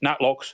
Natlocks